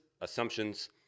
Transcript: assumptions